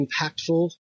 impactful